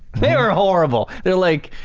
they were horrible. they're like